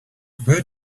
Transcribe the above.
where